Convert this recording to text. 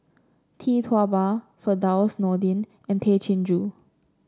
Tee Tua Ba Firdaus Nordin and Tay Chin Joo